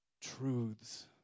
truths